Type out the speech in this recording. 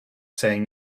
saying